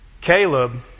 Caleb